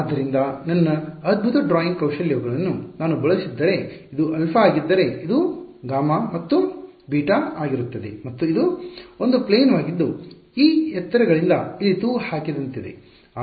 ಆದ್ದರಿಂದ ನನ್ನ ಅದ್ಭುತ ಡ್ರಾಯಿಂಗ್ ಕೌಶಲ್ಯಗಳನ್ನು ನಾನು ಬಳಸಿದ್ದರೆ ಇದು ಆಲ್ಫಾ ಆಗಿದ್ದರೆ ಇದು ಗಾಮಾ ಮತ್ತು ಬೀಟಾ ಆಗಿರುತ್ತದೆ ಮತ್ತು ಇದು ಒಂದು ಪ್ಲೇನ್ ವಾಗಿದ್ದು ಈ ಎತ್ತರಗಳಿಂದ ಇಲ್ಲಿ ತೂಗು ಹಾಕಿದಂತಿದೆ